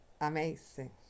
Amazing